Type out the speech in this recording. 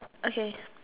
okay